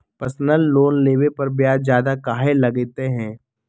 Personal loan लेबे पर ब्याज ज्यादा काहे लागईत है?